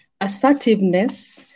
assertiveness